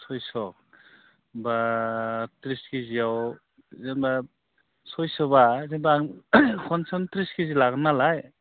सयस' होमब्ला त्रिस केजियाव जेनेबा सयस'ब्ला गोबां खमसिखम त्रिस केजि लागोन नालाय